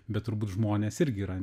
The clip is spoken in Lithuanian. bet turbūt žmonės irgi yra